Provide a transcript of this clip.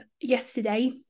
yesterday